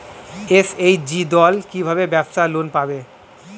SHG দল কী ভাবে ব্যাবসা লোন পাবে?